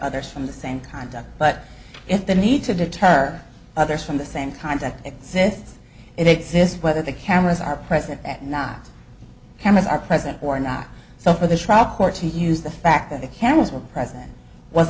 others from the same conduct but if the need to deter others from the same kind that exists it exists whether the cameras are present at knox cameras are present or not so for the trial court to use the fact that the cameras were present was